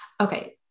Okay